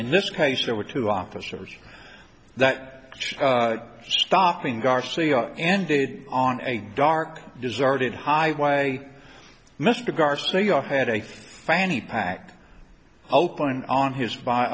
in this case there were two officers that stopping garcia ended on a dark deserted highway mr garcia you had a fanny pack open on his